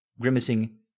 Grimacing